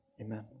amen